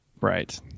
Right